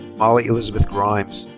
molly elizabeth grimes.